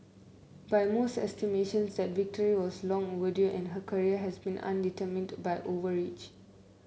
by most estimations that victory was long overdue and her career had been undermined by overreach